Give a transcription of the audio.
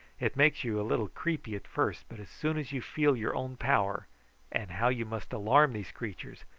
it makes you a little creepy at first, but as soon as you feel your own power and how you must alarm these creatures,